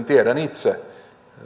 tiedän itse